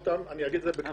ואגיד זאת בקצרה.